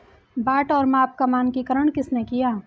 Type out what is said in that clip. बाट और माप का मानकीकरण किसने किया?